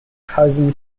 cousin